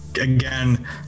again